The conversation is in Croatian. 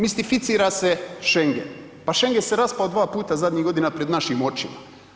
Mistificira se Schengen, pa Schengen se raspao 2 puta zadnjih godina pred našim očima.